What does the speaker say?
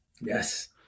Yes